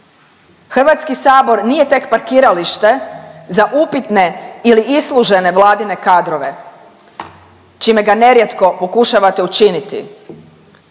Hrvatski sabor nije tek parkiralište za upitne ili islužene vladine kadrove čime ga nerijetko pokušavate učiniti,